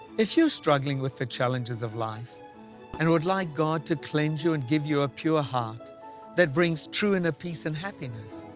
if you're struggling with the challenges of life and would like god to cleanse you and give you a pure heart that brings true inner peace and happiness,